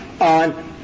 on